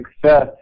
success